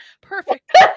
Perfect